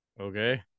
okay